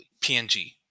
PNG